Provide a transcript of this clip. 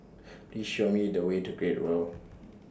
Please Show Me The Way to Great World